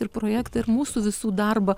ir projektą ir mūsų visų darbą